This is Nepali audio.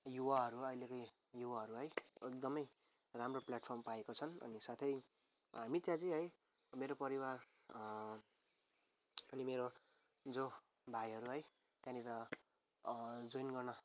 युवाहरू अहिलेको युवाहरू है एकदमै राम्रो प्लेटफर्म पाएको छन् अनि साथै मित्र जी है मेरो परिवार अनि मेरो जो भाइहरू है त्यहाँनिर जोइन गर्न